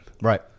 Right